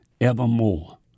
evermore